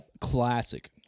classic